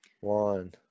One